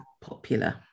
popular